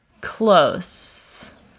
close